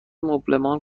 مبلمان